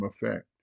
effect